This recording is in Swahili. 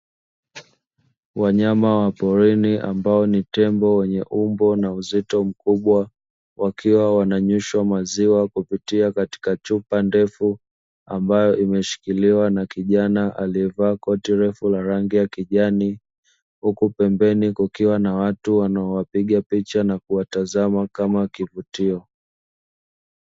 Wanyama wa porini ambao ni tembo wenye umbo na uzito mkubwa wakiwa wananyweshwa maziwa kupitia katika chupa ndefu ambayo imeshikiliwa na kijana aliyevaa koti refu la rangi ya kijani, huku pembeni kukiwa na watu wanaowapiga picha na kuwatazama kama kivutio.